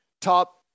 top